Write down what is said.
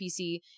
PC